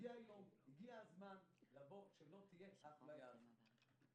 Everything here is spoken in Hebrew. הגיע הזמן שלא תהיה האפליה הזאת.